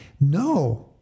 No